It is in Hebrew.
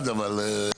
אחד, אבל.